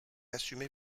assumez